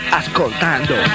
ascoltando